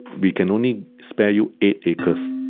we can only spare you eight acres.